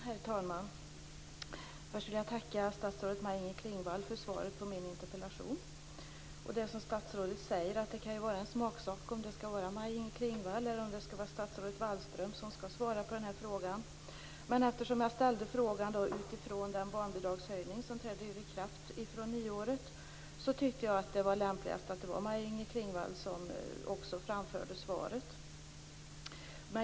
Herr talman! Först vill jag tacka statsrådet Maj Inger Klingvall för svaret på min interpellation. Det är som statsrådet säger att det kan vara en smaksak om det skall vara Maj-Inger Klingvall eller om det skall vara statsrådet Wallström som skall svara på den här frågan. Men eftersom jag ställde frågan utifrån den barnbidragshöjning som träder i kraft från nyår, tyckte jag att det var lämpligast att det var Maj-Inger Klingvall som framförde svaret.